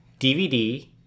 DVD